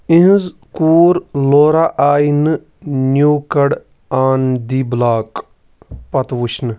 اہن حظ کور لورا آیہِ نہٕ new kid on the block پتہٕ وٕچھنہٕ